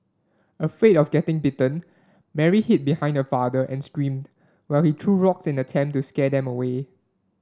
afraid of getting bitten Mary hid behind her father and screamed while he threw rocks in attempt to scare them away